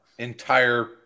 entire